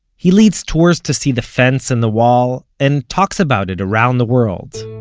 he leads tours to see the fence and the wall, and talks about it around the world